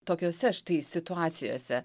tokiose štai situacijose